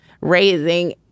raising